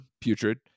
putrid